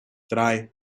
trae